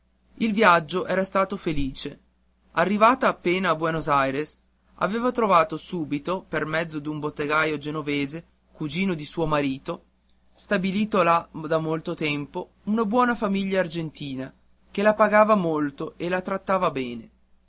il viaggio era stato felice arrivata appena a buenos aires aveva trovato subito per mezzo d'un bottegaio genovese cugino di suo marito stabilito là da molto tempo una buona famiglia argentina che la pagava molto e la trattava bene